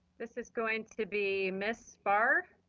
this is going to be ms. bar,